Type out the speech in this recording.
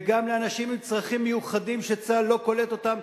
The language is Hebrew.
וגם לאנשים עם צרכים מיוחדים שצה"ל לא קולט אותם,